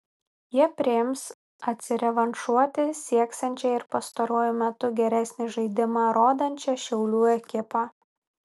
jie priims atsirevanšuoti sieksiančią ir pastaruoju metu geresnį žaidimą rodančią šiaulių ekipą